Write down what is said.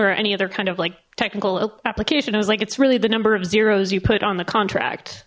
or any other kind of like technical application it was like it's really the number of zeros you put on the contract